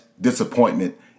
disappointment